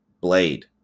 Blade